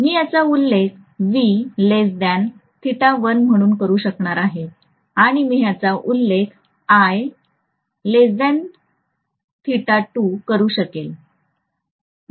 मी याचा उल्लेख म्हणून करू शकणार आहे आणि मी याचा उल्लेख करू शकेल